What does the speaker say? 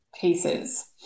pieces